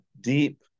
deep